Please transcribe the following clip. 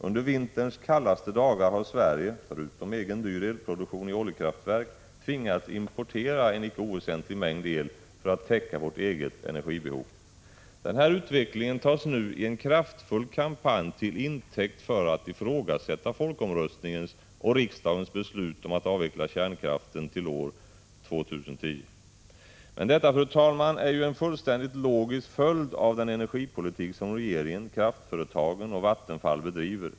Under vinterns kallaste dagar har Sverige — förutom att vi haft egen dyr elproduktion i oljekraftverk — tvingats importera en icke oväsentlig mängd el för att täcka vårt eget energibehov. Den här utvecklingen tas nu i en kraftfull kampanj till intäkt för att ifrågasätta folkomröstningens och riksdagens beslut om att avveckla kärnkraften till år 2010. Men detta, fru talman, är ju en fullständigt logisk följd av den energipolitik som regeringen, kraftföretagen och Vattenfall bedriver.